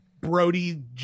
Brody